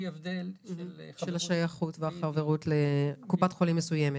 הבדל של החברות --- של השייכות והחברות לקופת חולים מסוימת.